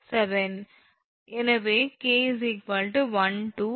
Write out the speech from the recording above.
எனவே 𝑘 1